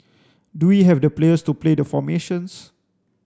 do we have the players to play the formations